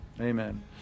Amen